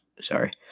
Sorry